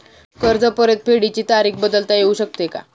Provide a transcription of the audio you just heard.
कर्ज परतफेडीची तारीख बदलता येऊ शकते का?